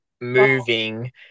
moving